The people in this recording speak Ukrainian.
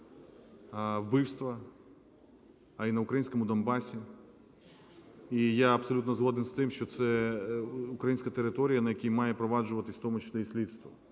вбивства, а і на українському Донбасі. І я абсолютно згоден з тим, що це українська територія, на якій має впроваджуватись в тому числі і слідство.